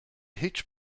hitch